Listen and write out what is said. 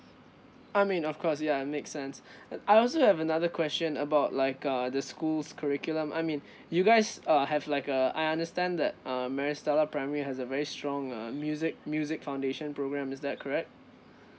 I mean of course ya it make sense uh I also have another question about like uh the school's curriculum I mean you guys err have like uh I understand that uh maris stella primary has a very strong uh music music foundation program is that correct